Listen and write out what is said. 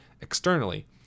externally